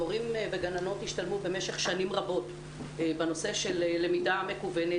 מורים וגננות השתלמו במשך שנים רבות בנושא של למידה מקוונת